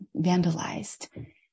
vandalized